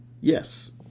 Yes